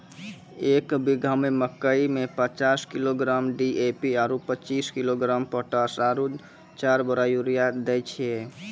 एक बीघा मे मकई मे पचास किलोग्राम डी.ए.पी आरु पचीस किलोग्राम पोटास आरु चार बोरा यूरिया दैय छैय?